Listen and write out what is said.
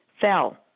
fell